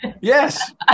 Yes